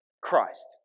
Christ